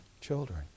children